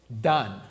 done